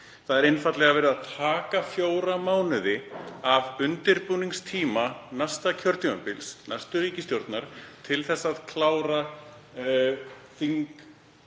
Það er einfaldlega verið að taka fjóra mánuði af undirbúningstíma næsta kjörtímabils, næstu ríkisstjórnar, til að klára